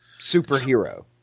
superhero